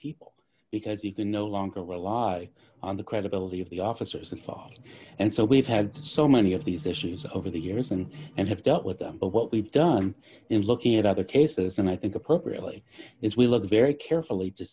people because you can no longer rely on the credibility of the officers involved and so we've had so many of these issues over the years and and have dealt with them but what we've done in looking at other cases and i think appropriately is we look very carefully to